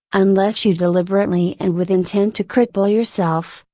unless you deliberately and with intent to cripple yourself,